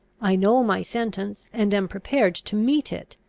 i know my sentence, and am prepared to meet it!